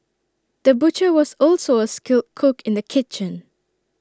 the butcher was also A skilled cook in the kitchen